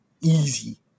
Easy